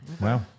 Wow